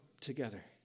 together